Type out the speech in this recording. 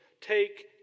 Take